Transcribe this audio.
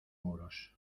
muros